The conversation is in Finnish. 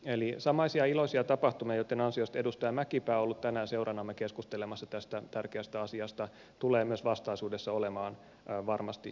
eli samaisia iloisia tapahtumia joitten ansiosta edustaja mäkipää on ollut tänään seuranamme keskustelemassa tästä tärkeästä asiasta tulee myös vastaisuudessa olemaan varmasti riittämiin